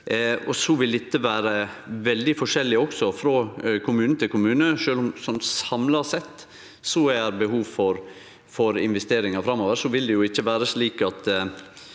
Så vil dette vere veldig forskjellig frå kommune til kommune. Sjølv om det samla sett er behov for investeringar framover,